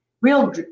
real